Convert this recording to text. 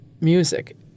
music